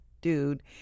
dude